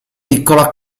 piccola